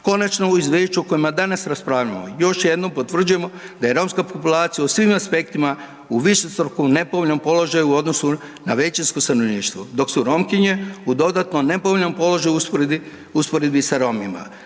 Konačno u izvješću o kojem danas raspravljamo još jednom potvrđujemo da je romska populacija u svim aspektima u višestrukom nepovoljnom položaju u odnosu na većinsko stanovništvo, dok su Romkinje u dodatno nepovoljnom položaju u usporedbi sa Romima.